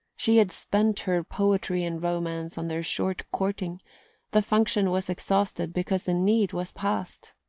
she had spent her poetry and romance on their short courting the function was exhausted because the need was past.